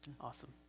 Awesome